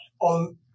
on